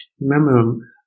Remember